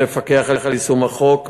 לפקח על יישום החוק,